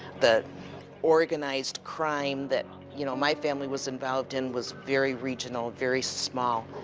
the organized crime that, you know, my family was involved in was very regional, very small,